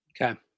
Okay